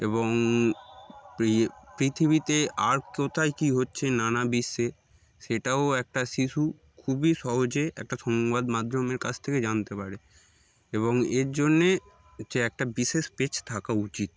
এবং পৃথিবীতে আর কোথায় কী হচ্ছে নানা বিশ্বে সেটাও একটা শিশু খুবই সহজে একটা সংবাদ মাধ্যমের কাছ থেকে জানতে পারে এবং এর জন্যে হয় যে একটা বিশেষ পেজ থাকা উচিত